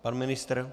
Pan ministr?